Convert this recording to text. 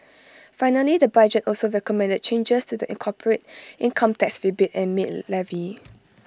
finally the budget also recommended changes to the corporate income tax rebate and maid levy